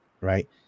right